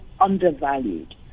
undervalued